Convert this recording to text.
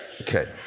Okay